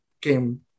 came